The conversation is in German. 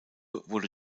wurde